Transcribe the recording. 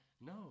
no